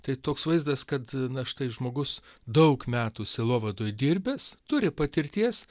tai toks vaizdas kad na štai žmogus daug metų sielovadoj dirbęs turi patirties